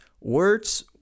words